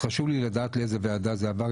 חשוב לי לדעת לאיזו ועדה זה עבר,